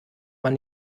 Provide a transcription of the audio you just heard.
man